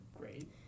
Great